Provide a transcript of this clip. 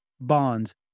bonds